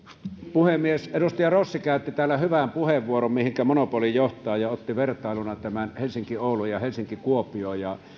puhemies edustaja rossi käytti täällä hyvän puheenvuoron siitä mihinkä monopoli johtaa ja otti vertailuna helsinki oulun ja helsinki kuopion